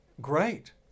great